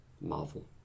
Marvel